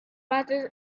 mattress